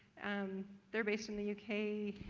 um they're based in the u k.